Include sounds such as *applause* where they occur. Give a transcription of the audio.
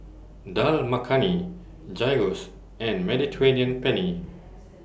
*noise* Dal Makhani Gyros and Mediterranean Penne *noise*